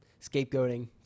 scapegoating